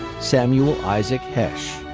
samuel isaac hesch,